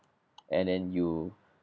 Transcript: and then you